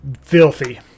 filthy